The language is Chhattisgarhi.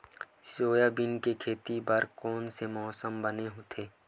सोयाबीन के खेती बर कोन से मौसम बने होथे?